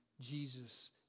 Jesus